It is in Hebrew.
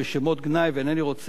ואינני רוצה לחזור עליהם,